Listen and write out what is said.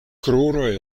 kruroj